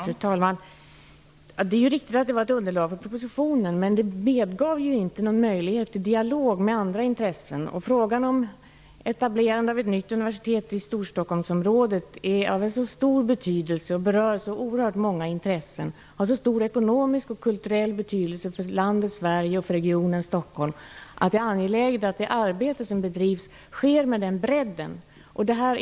Fru talman! Det är riktigt att det var ett underlag till propositionen, men det medgav ju inte någon möjlighet till dialog med andra intressen. Frågan om etablerande av ett nytt universitet i Storstockholmsområdet är av så stor betydelse, berör så oerhört många intressen och har så stor ekonomisk och kulturell betydelse för landet Sverige och för regionen Stockholm att det är angeläget att det arbete som bedrivs sker med bredd.